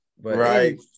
Right